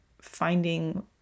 finding